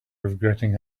regretting